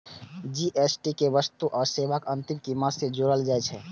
GST कें वस्तु आ सेवाक अंतिम कीमत मे जोड़ल जाइ छै